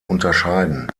unterscheiden